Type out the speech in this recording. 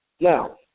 Now